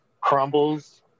crumbles